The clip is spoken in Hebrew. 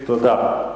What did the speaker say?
תודה.